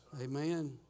Amen